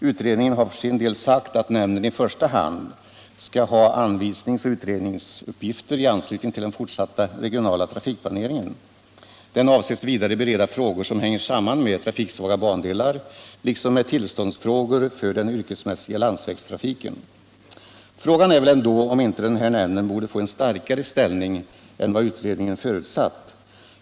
Utredningen har för sin del sagt att nämnden i första hand skall ha anvisnings och utredningsuppgifter i anslutning till den fortsatta regionala trafikplaneringen. Den avses vidare bereda frågor som hänger samman med trafiksvaga bandelar liksom med tillståndsfrågor för den yrkesmässiga landsvägstrafiken. Frågan är väl ändå om inte den här nämnden borde få en starkare ställning än vad utredningen förutsatt.